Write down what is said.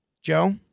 Joe